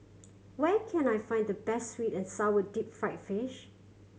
where can I find the best sweet and sour deep fried fish